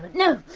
no,